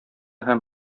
һәм